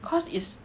because it's